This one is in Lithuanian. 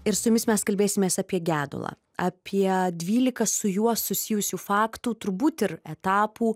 ir su jumis mes kalbėsimės apie gedulą apie dvylika su juo susijusių faktų turbūt ir etapų